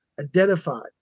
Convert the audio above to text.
identified